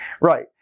Right